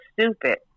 stupid